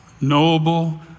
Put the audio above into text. knowable